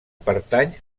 pertany